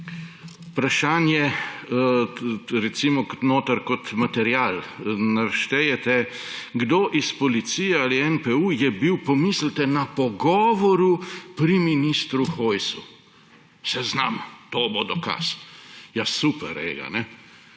Potem recimo notri kot material naštejete, kdo iz Policije ali NPU je bil, pomislite, na pogovoru pri ministru Hojsu. Seznam, to bo dokaz. Ja, super. Kvečjemu bi